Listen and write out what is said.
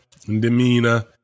demeanor